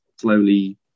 slowly